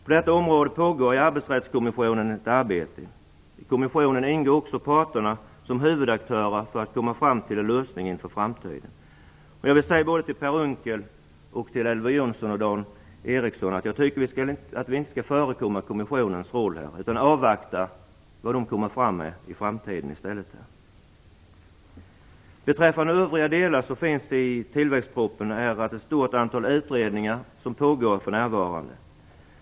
På detta område pågår ett arbete i Arbetsrättskommissionen. I kommissionen ingår också parterna som huvudaktörer för att komma fram till en lösning inför framtiden. Jag vill till Per Unckel, Elver Jonsson och Dan Ericsson säga, att jag tycker att vi inte skall förekomma kommissionen, utan i stället avvakta vad den framöver kommer fram till. Beträffande övriga delar behandlas i tillväxtpropositionen för närvarande ett stort antal utredningar.